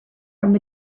from